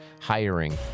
hiring